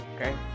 Okay